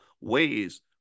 ways